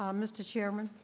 um mr. chairman?